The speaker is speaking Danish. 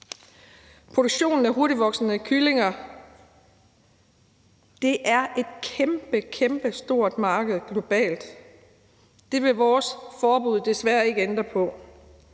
Produktionen af hurtigtvoksende kyllinger udgør et kæmpekæmpestort marked globalt. Det vil et forbud hos os desværre ikke ændre på.